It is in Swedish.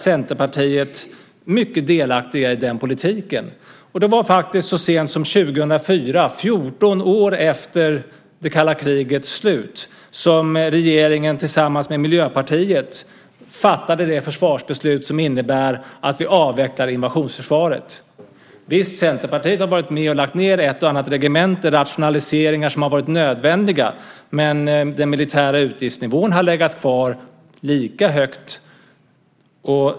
Centerpartiet är mycket delaktigt i den politiken. Det var faktiskt så sent som 2004, 14 år efter det kalla krigets slut, som regeringen tillsammans med Miljöpartiet fattade det försvarsbeslut som innebär att vi avvecklar invasionsförsvaret. Visst, Centerpartiet har varit med och lagt ned ett och annat regemente, rationaliseringar som har varit nödvändiga, men den militära utgiftsnivån har legat kvar lika högt.